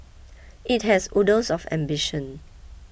it has oodles of ambition